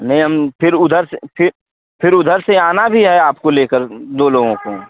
नहीं हम फिर उधर से फिर फिर उधर से आना भी है आपको लेकर दो लोगों को